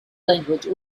language